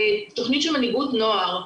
תוכנית של מנהיגות נוער.